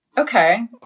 okay